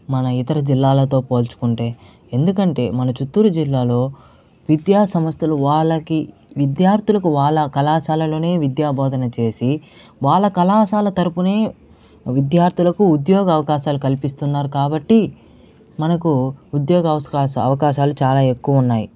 మన ఇతర జిల్లాలతో పోల్చుకుంటే ఎందుకంటే మన చిత్తూరు జిల్లాలో విద్యాసంస్థలు వాళ్ళకి విద్యార్థులకు వాలా కళాశాలలోనే విద్యా బోధన చేసి వాళ్ళ కళాశాల తరపున విద్యార్థులకు ఉద్యోగ అవకాశాలు కల్పిస్తున్నారు కాబట్టి మనకు ఉద్యోగ అవకాశ అవకాశాలు చాలా ఎక్కువ ఉన్నాయి